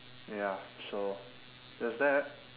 ya so that's that